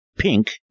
pink